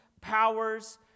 powers